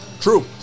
True